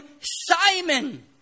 Simon